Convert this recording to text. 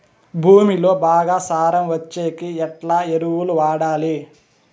భూమిలో బాగా సారం వచ్చేకి ఎట్లా ఎరువులు వాడాలి?